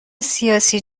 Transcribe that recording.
سیاسی